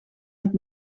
het